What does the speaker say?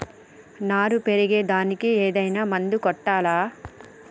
నారు పెరిగే దానికి ఏదైనా మందు కొట్టాలా?